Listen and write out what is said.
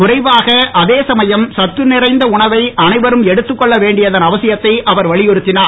குறைவாக அதே சமயம் சத்து நிறைந்த உணவை அனைவரும் எடுத்துக் கொள்ள வேண்டியதன் அவசியத்தை அவர் வலியுறுத்தினார்